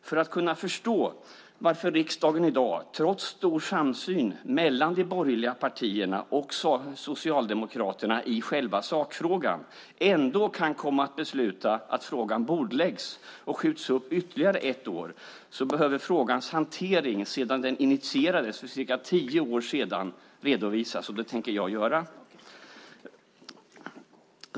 För att kunna förstå varför riksdagen i dag, trots stor samsyn mellan de borgerliga partierna och Socialdemokraterna i själva sakfrågan ändå kan komma att besluta att frågan bordläggs och skjuts upp ytterligare ett år, behöver frågans hantering sedan den initierades för ca tio år sedan redovisas. Det tänker jag göra.